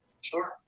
Sure